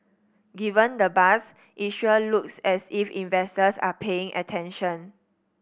given the buzz it sure looks as if investors are paying attention